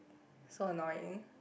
so annoying